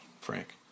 Frank